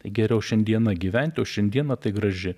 tai geriau šiandieną gyventi o šiandiena tai graži